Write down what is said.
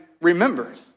remembered